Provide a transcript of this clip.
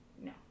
No